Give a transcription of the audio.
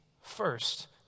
first